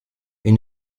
une